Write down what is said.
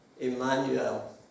Emmanuel